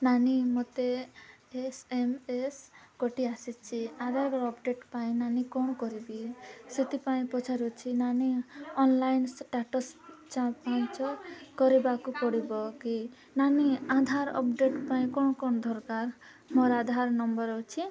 ନାନୀ ମୋତେ S M S ଗୋଟିଏ ଆସିଛି ଆଧାର ଅପଡ଼େଟ୍ ପାଇଁ ନାନୀ କ'ଣ କରିବି ସେଥିପାଇଁ ପଛାରୁଛି ନାନୀ ଅନଲାଇନ୍ ଷ୍ଟାଟସ୍ ଯାଞ୍ଚ କରିବାକୁ ପଡ଼ିବ କି ନାନୀ ଆଧାର ଅପଡ଼େଟ୍ ପାଇଁ କ'ଣ କ'ଣ ଦରକାର ମୋର ଆଧାର ନମ୍ବର ଅଛି